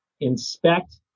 inspect